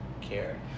care